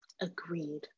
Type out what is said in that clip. Agreed